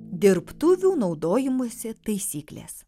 dirbtuvių naudojimosi taisyklės